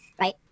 right